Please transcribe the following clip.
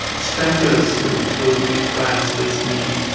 it's dangerous ah to make friends with me.